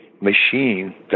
machine